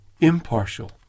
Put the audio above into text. impartial